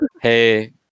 Hey